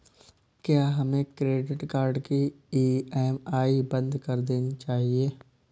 क्या हमें credit card की ई.एम.आई बंद कर देनी चाहिए?